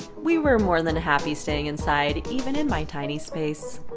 we were more than happy staying inside, even in my tiny space.